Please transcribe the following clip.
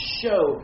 show